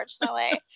unfortunately